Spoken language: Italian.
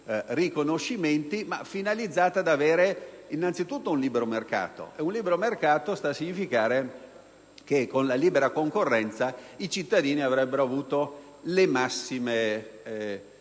reciproci riconoscimenti, finalizzata ad avere innanzitutto un libero mercato: ciò sta a significare che con la libera concorrenza i cittadini avrebbero avuto le massime garanzie,